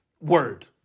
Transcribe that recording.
word